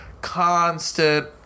constant